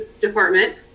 department